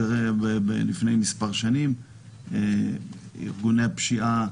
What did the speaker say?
לפני מספר שנים ארגוני הפשיעה